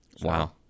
Wow